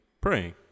praying